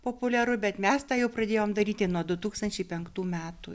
populiaru bet mes tą jau pradėjom daryti nuo du tūkstančiai penktų metų